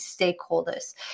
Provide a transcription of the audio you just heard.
stakeholders